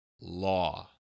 Law